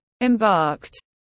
embarked